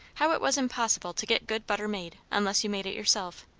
how it was impossible to get good butter made, unless you made it yourself.